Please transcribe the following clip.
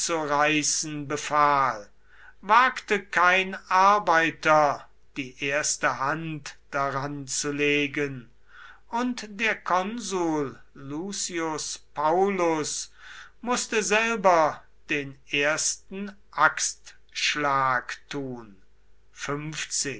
einzureißen befahl wagte kein arbeiter die erste hand daran zu legen und der konsul lucius paullus mußte selber den ersten axtschlag tun